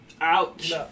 Ouch